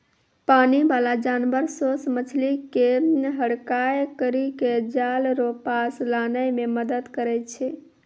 पानी बाला जानवर सोस मछली के हड़काय करी के जाल रो पास लानै मे मदद करै छै